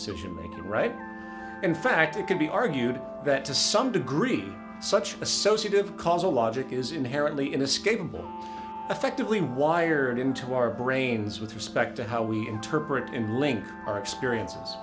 making right in fact it can be argued that to some degree such associative causal logic is inherently inescapable effectively wired into our brains with respect to how we interpret and link our experiences